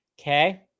Okay